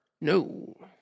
No